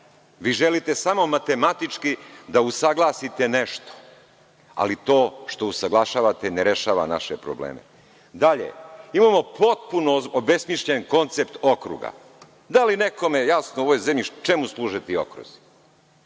Vi želite samo matematički da usaglasite nešto, ali to što usaglašavate ne rešava naše probleme. Dalje, imamo potpuno obesmišljen koncept okruga. Da li je nekome jasno u ovoj zemlji čemu služe ti okruzi?